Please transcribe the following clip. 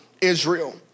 Israel